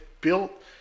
built